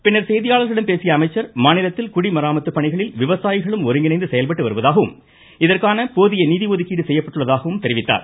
பின்னர் செய்தியாளர்களிடம் பேசிய அமைச்சர் மாநிலத்தில் குடிமராமத்து பணிகளில் விவசாயிகளும் ஒருங்கிணைந்து செயல்பட்டு வருவதாகவும் இதற்கான போதிய நிதி ஒதுக்கீடு செய்யப்பட்டுள்ளதாகவும் தெரிவித்தார்